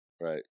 Right